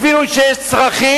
הבינו שיש צורך,